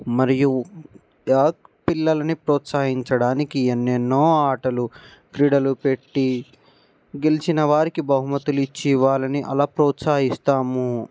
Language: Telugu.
మరియు పిల్లల్ని ప్రోత్సహించడానికి ఎన్నెన్నో ఆటలు క్రీడలు పెట్టి గెలిచిన వారికి బహుమతులు ఇచ్చి వాళ్ళని అలా ప్రోత్సహిస్తాము